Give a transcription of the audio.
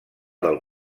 del